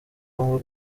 congo